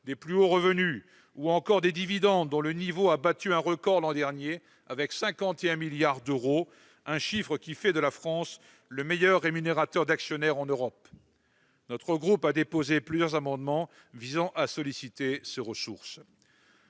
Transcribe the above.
des plus hauts revenus, ou encore des dividendes, dont le niveau a battu un record l'an dernier avec 51 milliards d'euros, un chiffre qui fait de la France le meilleur rémunérateur d'actionnaires en Europe. Notre groupe a déposé plusieurs amendements visant à solliciter ces ressources.